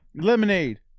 Lemonade